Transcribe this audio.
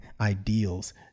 ideals